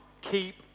keep